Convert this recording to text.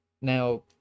Now